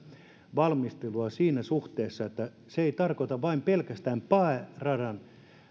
valmistelua siinä suhteessa että se ei tarkoita vain pelkästään pääradan